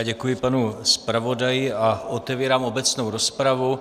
Děkuji panu zpravodaji a otevírám obecnou rozpravu.